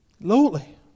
Lowly